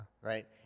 Right